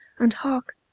and hark!